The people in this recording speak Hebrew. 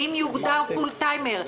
האם יוגדר פול טיימר?